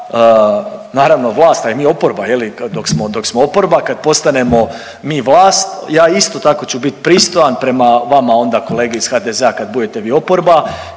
naravno vlast, a i mi oporba dok smo oporba. Kad postanemo mi vlast ja isto tako ću bit pristojan prema vama onda kolege iz HDZ-a kad budete vi oporba